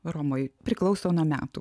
romoj priklauso nuo metų